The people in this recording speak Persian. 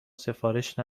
سفارش